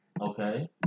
Okay